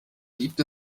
gibt